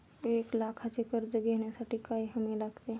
एक लाखाचे कर्ज घेण्यासाठी काय हमी लागते?